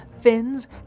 fins